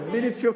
תראי,